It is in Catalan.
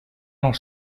els